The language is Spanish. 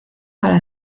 para